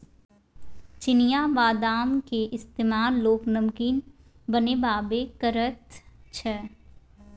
चिनियाबदामक इस्तेमाल लोक नमकीन बनेबामे करैत छै